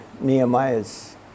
Nehemiah's